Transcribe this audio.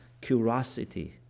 curiosity